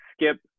skip